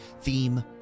theme